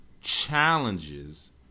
challenges